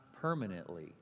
Permanently